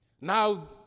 Now